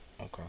Okay